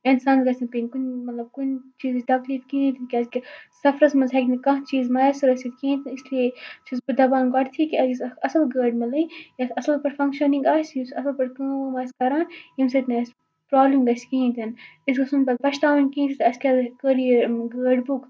اِنسانَس گَژھِ نہٕ پیٚنۍ کُن مَطلَب کُنہ چیٖزٕچ تَکلیٖف کِہینۍ تہِ کیازکہِ سَفرَس مَنٛز ہیٚکہِ نہِ کانٛہہ چیٖز مۄیَثَر ٲسِتھ کِہینۍ تہٕ اِسلیے چھس بہٕ دَپان گۄڈٕنیٚتھٕے کہِ اَسہِ گَژھِ اکھ اصل گٲڑ مِلٕنۍ یَتھ اصل پٲٹھۍ فَنٛگشَنٕنٛگ آسہِ یُس اصل پٲٹھۍ کٲم وٲم آسہِ کَران یمہِ سۭتۍ نہٕ اَسہِ پرابلم گَژھِ کِہِیٖنۍ تہِ نہٕ أسۍ گَژھو نہٕ پَتہ پَشتاوٕنۍ کینٛہہ اَسہِ کیاہ کٔر یہِ گٲڑ بُک